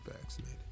vaccinated